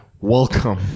Welcome